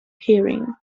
hearing